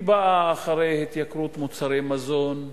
היא באה אחרי התייקרות מוצרי מזון,